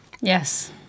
Yes